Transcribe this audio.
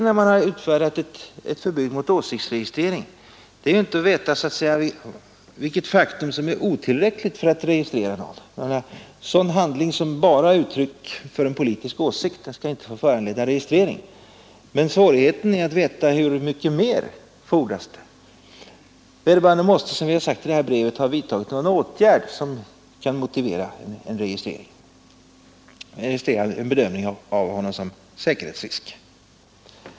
När man utfärdat ett förbud mot åsiktsregistrering, ligger svårigheten inte i att veta vilket faktum som är otillräckligt för att registrera någon — en handling som bara ger uttryck för politisk åsikt skall inte få föranleda registrering — utan svårigheten ligger i att veta hur mycket mer som fordras för att inregistrera någon. Vederbörande skall, som vi också sagt i brevet, ha vidtagit någon åtgärd som motiverar en registrering och ett bedömande av honom som säkerhetsrisk.